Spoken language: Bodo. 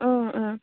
ओं ओं